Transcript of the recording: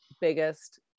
biggest